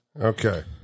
Okay